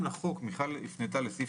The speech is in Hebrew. מיכל היימן הפנתה לסעיף